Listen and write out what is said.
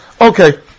Okay